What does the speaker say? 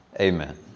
Amen